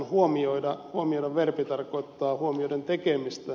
huomioida verbi tarkoittaa huomioiden tekemistä